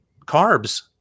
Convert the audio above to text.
carbs